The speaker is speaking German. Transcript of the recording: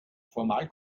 formal